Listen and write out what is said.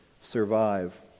survive